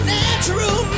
natural